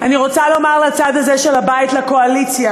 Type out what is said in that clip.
אני רוצה לומר לצד הזה של הבית, לקואליציה: